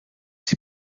sie